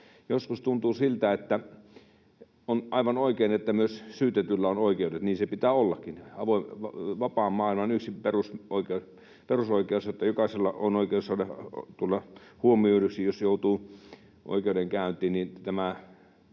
tekemästään rikoksesta. On aivan oikein, että myös syytetyllä on oikeudet, niin sen pitää ollakin. Vapaan maailman yksi perusoikeus on, että jokaisella on oikeus tulla huomioiduksi, jos joutuu oikeudenkäyntiin, ja että